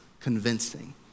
convincing